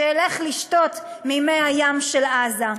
שילך לשתות ממי הים של עזה.